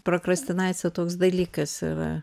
prokrastinacija toks dalykas yra